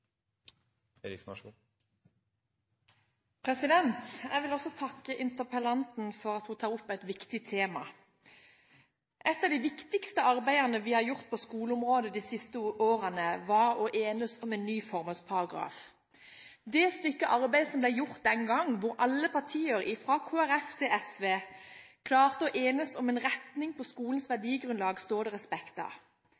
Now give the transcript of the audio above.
Jeg vil også takke interpellanten for at hun tar opp et viktig tema. Et av de viktigste arbeidene vi har gjort på skoleområdet de siste årene, er å enes om en ny formålsparagraf. Det stykke arbeid som ble gjort den gang – hvor alle partier, fra Kristelig Folkeparti til SV, klarte å enes om en retning på skolens